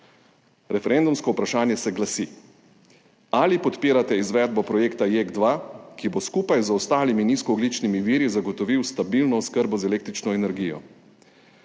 Referendumsko vprašanje se glasi: »Ali podpirate izvedbo projekta JEK2, ki bo skupaj z ostalimi nizkoogljičnimi viri zagotovil stabilno oskrbo z električno energijo?«